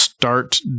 Start